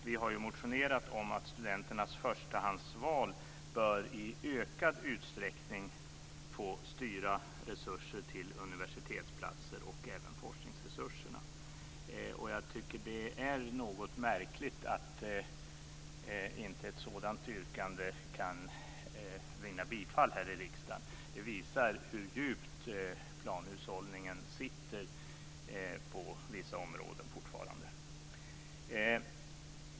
Vi har motionerat om att studenternas förstahandsval i ökad utsträckning bör få styra resurser till universitetsplatser, och även forskningsresurserna. Jag tycker att det är något märkligt att ett sådant yrkande inte kan vinna bifall här i riksdagen. Det visar hur djupt planhushållningen sitter på vissa områden fortfarande.